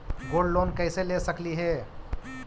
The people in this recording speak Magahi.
गोल्ड लोन कैसे ले सकली हे?